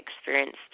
experienced